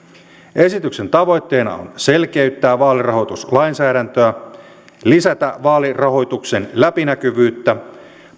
esityksen tavoitteena on selkeyttää vaalirahoituslainsäädäntöä lisätä vaalirahoituksen läpinäkyvyyttä